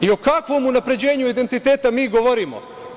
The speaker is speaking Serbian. O kakvom unapređenju identiteta mi govorimo?